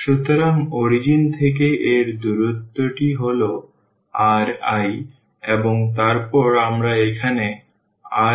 সুতরাং অরিজিন থেকে এর দূরত্ব টি হল ri এবং তারপর আমরা এখানে